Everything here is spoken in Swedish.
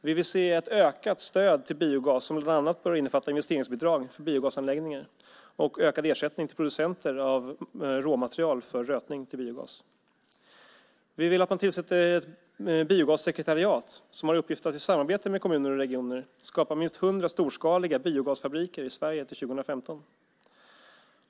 Vi vill se ett ökat stöd till biogas, som bland annat bör innefatta investeringsbidrag för biogasanläggningar och ökad ersättning till producenter av råmaterial till rötning till biogas. Vi vill att man tillsätter ett biogassekretariat, som har till uppgift att i samarbete med kommuner och regioner skapa minst 100 storskaliga biogasfabriker i Sverige till 2015.